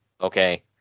okay